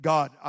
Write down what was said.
God